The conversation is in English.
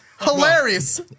Hilarious